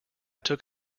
took